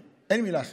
אין לי מילה אחרת.